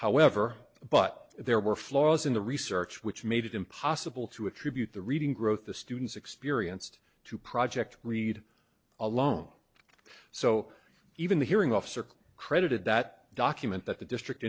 however but there were flaws in the research which made it impossible to attribute the reading growth the students experienced to project read alone so even the hearing officer credited that document that the district